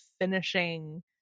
finishing